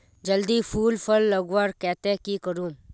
जल्दी फूल फल लगवार केते की करूम?